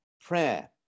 prayer